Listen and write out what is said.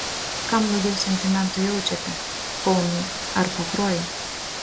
kam daugiau sentimentų jaučiate kaunui ar pakruojui